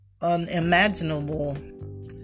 unimaginable